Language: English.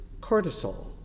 cortisol